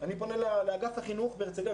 אני פונה לאגף החינוך בהרצליה,